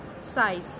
size